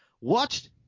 watched